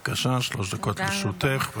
בבקשה, שלוש דקות לרשותך.